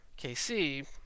KC